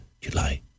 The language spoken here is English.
July